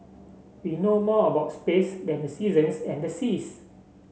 we know more about space than the seasons and the seas